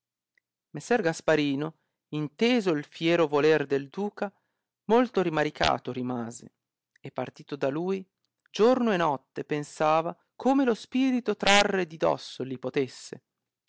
messer gasparino inteso il fiero voler del duca molto rimaricato rimase e partito da lui giorno e notte pensava come lo spirito trarre di dosso li potesse